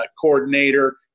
coordinator